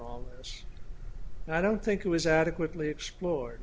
and i don't think it was adequately explored